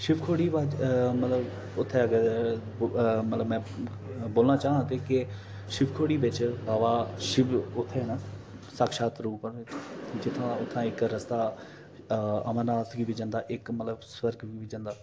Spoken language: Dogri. शिबखोड़ी मतलब उत्थै अगर मतलब में बोलना चांह् ते मतलब के शिबखोड़ी बिच बाबा शिब उत्थै न साख्यात रूप न जित्थै उत्थै इक रस्ता अमरनाथ गी बी जंदा ऐ इक मतलब स्वर्ग गी